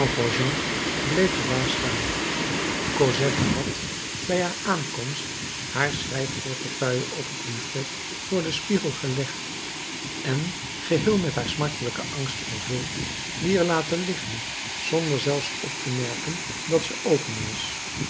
bleef verbaasd staan cosette had bij haar aankomst haar schrijfportefeuille op het buffet voor den spiegel gelegd en geheel met haar smartelijken angst vervuld die er laten liggen zonder zelfs op te merken dat ze open was